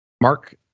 Mark